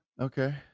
Okay